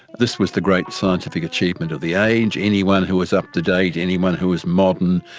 this was the great scientific achievement of the age. anyone who was up to date, anyone who was modern,